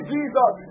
Jesus